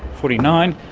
forty nine,